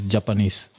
Japanese